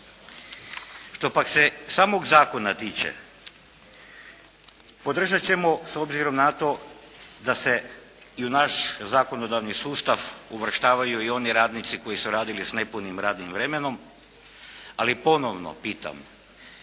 Što pak se samog zakona tiče, podržat ćemo s obzirom na to da se i u naš zakonodavni sustav uvrštavaju i oni radnici koji su radili s nepunim radnim vremenom, ali ponovno pitam